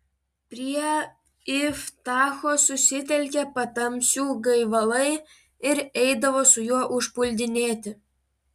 prie iftacho susitelkė patamsių gaivalai ir eidavo su juo užpuldinėti